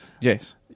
Yes